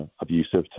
abusive